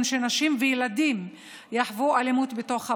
שנשים וילדים יחוו אלימות בתוך הבית,